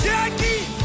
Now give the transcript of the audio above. Jackie